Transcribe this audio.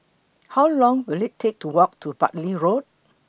How Long Will IT Take to Walk to Bartley Road